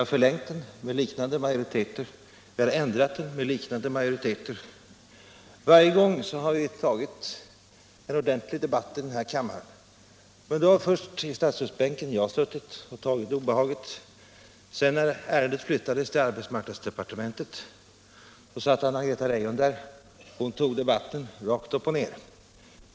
Vi har med liknande majoriteter förlängt och ändrat den. Varje gång har vi tagit en ordentlig debatt i kammaren. I statsrådsbänken var det först jag som fick ta på mig att försvara lagen. Ärendet flyttades sedan till arbetsmarknadsdepartementet. Då satt Anna-Greta Leijon där. Hon tog debatten rakt upp och ned.